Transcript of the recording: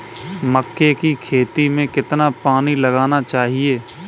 मक्के की खेती में कितना पानी लगाना चाहिए?